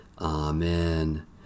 Amen